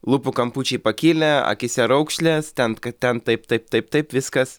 lūpų kampučiai pakilę akyse raukšlės ten kad ten taip taip taip taip viskas